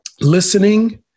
listening